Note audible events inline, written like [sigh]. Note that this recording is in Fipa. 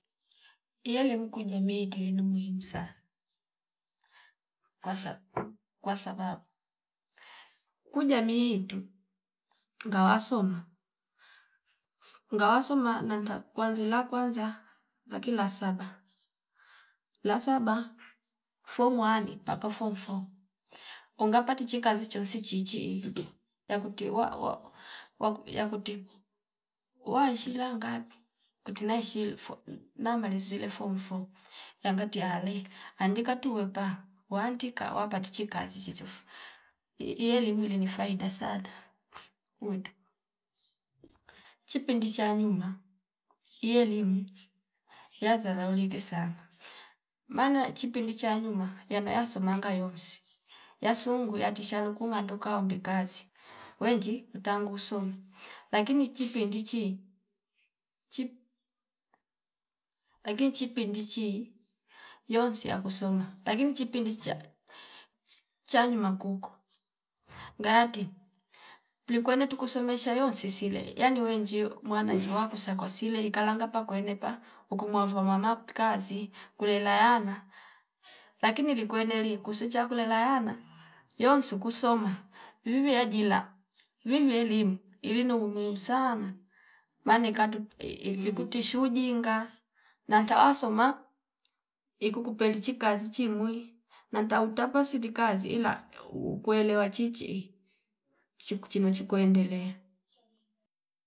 Iyale kuku jumii nduli numuhimu sana kwasa- kwasababu kujamiitu ngawasoma ngawasoma nanta kwazni la kwanza laki la saba, la saba fom wani pako fom four unga patichi kazi chonsi chichii yakuti wa- wa- waku yakuti waishila ngapi kuti la ishili fobi nama lizile fom four yanagati yale andika tuwepa waandika wapatichi kazi tichifu ielimu lini faida sana kuwetu. Chipindi cha nyuma ielimu ya zaraulike sana maana chipindi cha nyuma yano yasomanga yonsi yasungu yatisha lukunga ndoka undi kazi wenji utangu soma lakini chipindi chi chip lakini chipindi chii yonsi ya kusoma lakinio chipindi chiya cha nyuma kuko ngayaki kulikwene tuku somesha yonsi sisile yani wenjio mwana njiwa kusa kwasile ikalanga pakuwenepa ukumuavua mama kuti kazi kulena yana lakini likweneli kusu chakula layana yonsi kusoma vivi ajila vivwe elimu ili ni muhimu sana maane katu [hesitation] ikuti shu jinga nanta wasoma ikuku pelichi kazi chimwi nanta uta pasiliki kazi ila ukuelewa chichi chiku chino chikuendelea